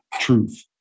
truth